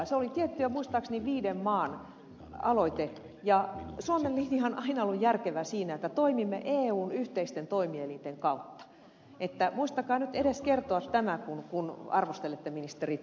se oli muistaakseni tiettyjen viiden maan aloite ja suomen linja on aina ollut järkevä siinä että toimimme eun yhteisten toimielinten kautta niin että muistakaa nyt edes kertoa tämä kun arvostelette ministeri thorsia